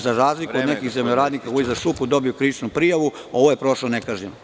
Za razliku od nekih zemljoradnika koji su dobili krivičnu prijavu, ovo je prošlo nekažnjeno.